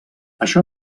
això